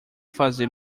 fazer